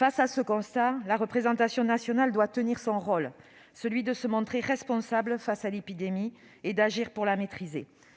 Devant ce constat, la représentation nationale doit tenir son rôle : celui de se montrer responsable face à l'épidémie et d'agir pour la maîtriser.